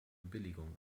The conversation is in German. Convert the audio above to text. billigung